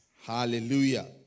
Hallelujah